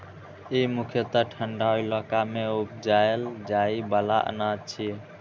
ई मुख्यतः ठंढा इलाका मे उपजाएल जाइ बला अनाज छियै